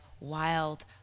wild